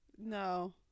No